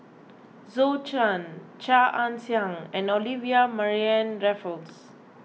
Zhou Can Chia Ann Siang and Olivia Mariamne Raffles